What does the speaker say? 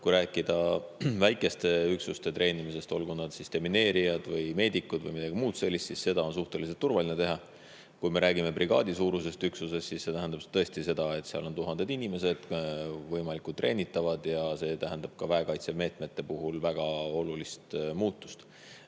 Kui rääkida väikeste üksuste treenimisest, olgu nad siis demineerijad, meedikud või midagi muud sellist, siis seda on suhteliselt turvaline teha. Kui me räägime brigaadisuurusest üksusest, siis see tähendab tõesti seda, et seal on tuhandeid inimesi, kes on võimalikud treenitavad, ja see tähendab ka väekaitsemeetmete puhul väga olulist muutust.